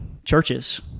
Churches